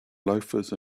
loafers